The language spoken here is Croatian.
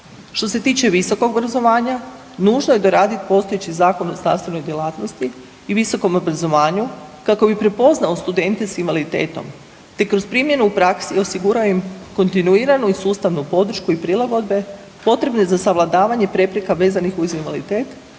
Što se tiče visokog obrazovanja, nužno je doraditi postojeći Zakon o znanstvenoj djelatnosti i visokom obrazovanju kako bi prepoznao studente s invaliditetom te kroz primjenu u praksi osigurao im kontinuiranu i sustavnu podršku i prilagodbe potrebne za savladavanje prepreka vezanih uz invaliditet